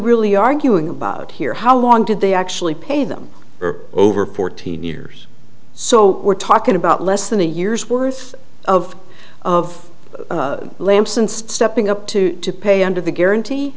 really arguing about here how long did they actually pay them for over fourteen years so we're talking about less than a year's worth of of lampson stepping up to to pay under the guarantee